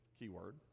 keyword